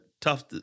tough